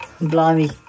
Blimey